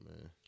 man